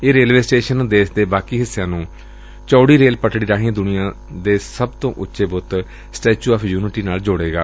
ਇਹ railway station ਦੇਸ਼ ਦੇ ਬਾਕੀ ਹਿੱਸਿਆਂ ਨੂੰ ਚੌੜੀ ਰੇਲ ਪਟੜੀ ਰਾਹੀਂ ਦੁਨੀਆਂ ਦੇ ਸਭ ਤੋਂ ਉੱਚੇ ਬੁੱਤ ਸਟੈਚੁ ਆਫ਼ ਯੁਨਿਟੀ ਨਾਲ ਜੋੜੇਗਾ